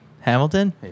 Hamilton